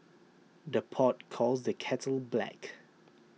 the pot calls the kettle black